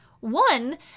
One